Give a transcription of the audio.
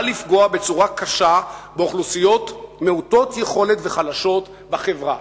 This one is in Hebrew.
לפגוע בצורה קשה באוכלוסיות מעוטות יכולת וחלשות בחברה".